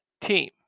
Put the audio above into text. team